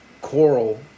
coral